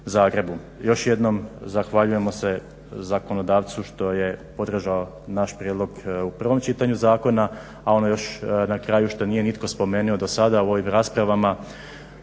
Još jednom zahvaljujemo se zakonodavcu što je podržao naš prijedlog u prvom čitanju zakona a ono još na kraju što nije nitko spomenuo do sada u ovim raspravama